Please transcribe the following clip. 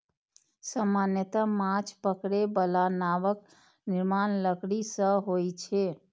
सामान्यतः माछ पकड़ै बला नावक निर्माण लकड़ी सं होइ छै